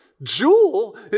Jewel